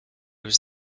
was